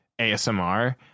ASMR